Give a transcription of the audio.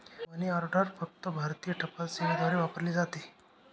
मनी order फक्त भारतीय टपाल सेवेद्वारे वापरली जाते